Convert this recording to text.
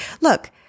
Look